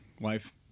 life